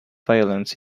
violence